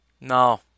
No